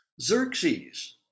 Xerxes